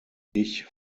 ich